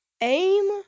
Aim